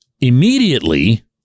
immediately